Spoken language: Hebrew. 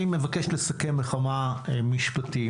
אני מבקש לסכם בכמה משפטים.